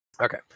Okay